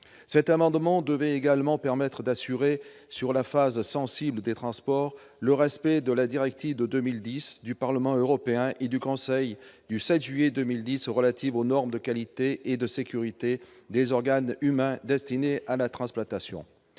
Cet amendement devait également permettre d'assurer, s'agissant de la phase sensible des transports, le respect de la directive du Parlement européen et du Conseil du 7 juillet 2010 relative aux normes de qualité et de sécurité des organes humains destinés à la transplantation.